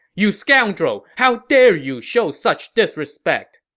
you scoundrel! how dare you show such disrespect!